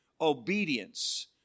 obedience